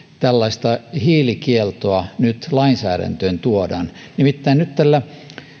tällaista hiilikieltoa nyt lainsäädäntöön tuodaan nimittäin nyt tällä